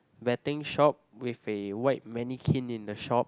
betting shop with a white mannequin in the shop